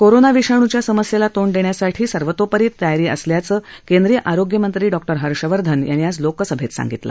corona विषाणूच्या समस्येला तोंड देण्यासाठी सर्वतोपरी तयार असल्याचं केंद्रीय आरोग्यमंत्री डॉक्टर हर्षवर्धन यांनी आज लोकसभेत सांगितलं